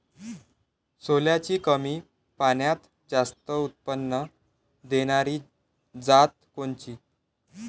सोल्याची कमी पान्यात जास्त उत्पन्न देनारी जात कोनची?